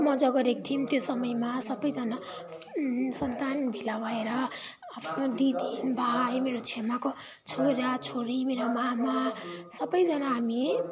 मजा गरेको थियौँ त्यो समयमा सबैजना सन्तान भेला भएर दिदीभाइ मेरो छेमाको छोराछोरी मेरो मामा सबैजना हामी